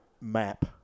map